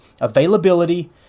Availability